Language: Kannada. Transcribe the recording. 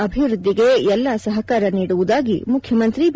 ಅಭಿವೃದ್ದಿಗೆ ಎಲ್ಲಾ ಸಹಕಾರ ನೀಡುವುದಾಗಿ ಮುಖ್ಯಮಂತ್ರಿ ಬಿ